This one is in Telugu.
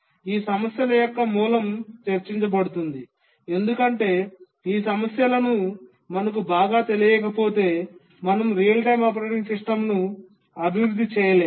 ఈ సమస్యల యొక్క మూలం చర్చించబడుతుంది ఎందుకంటే ఈ సమస్యలను మనకు బాగా తెలియకపోతే మనం రియల్ టైమ్ ఆపరేటింగ్ సిస్టమ్ను అభివృద్ధి చేయలేము